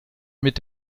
mit